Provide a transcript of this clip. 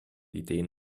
ideen